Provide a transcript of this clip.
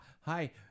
hi